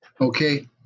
Okay